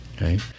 Right